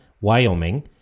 Wyoming